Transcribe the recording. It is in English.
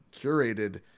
curated